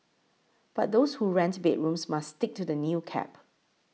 but those who rents bedrooms must stick to the new cap